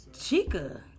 Chica